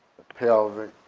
pelvic.